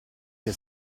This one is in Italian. che